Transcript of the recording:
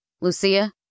Lucia